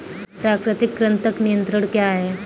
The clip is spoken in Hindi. प्राकृतिक कृंतक नियंत्रण क्या है?